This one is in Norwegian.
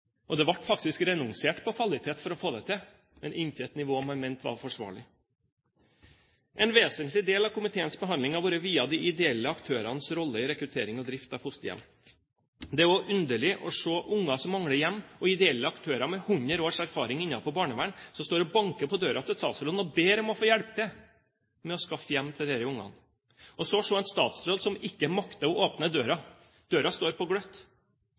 Det ble faktisk renonsert på kvaliteten for å få det til, men til et nivå man mente var forsvarlig. En vesentlig del av komiteens behandling har vært viet de ideelle aktørenes rolle i rekruttering og drift av fosterhjem. Det er også underlig å se unger som mangler hjem og ideelle aktører med 100 års erfaring innenfor barnevern som står og banker på døra til statsråden og ber om å få hjelpe til med å skaffe hjem til disse ungene, og så se en statsråd som ikke makter å åpne døra. Døra står på gløtt.